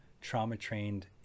trauma-trained